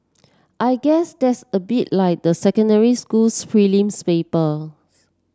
I guess that's a bit like the secondary school's prelims papers